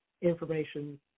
information